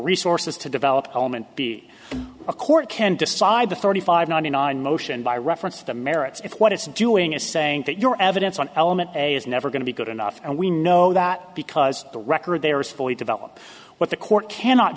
resources to develop home and be a court can decide the thirty five ninety nine motion by reference to the merits if what it's doing is saying that your evidence on element a is never going to be good enough and we know that because the record there is fully developed what the court cannot